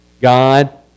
God